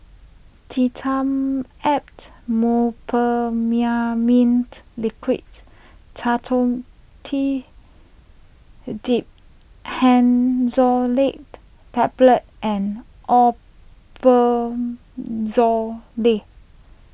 Dimetapp Brompheniramine Liquid Dhamotil Diphenoxylate Tablets and Omeprazole